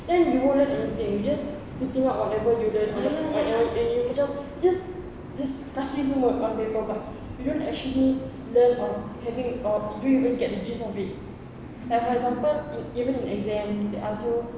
then we won't learn anything we're just spitting out whatever you learn or whate~ and you macam just just kasi semua on paper but you don't actually learn or having or you don't even get the gist of it like for example even in exams they ask you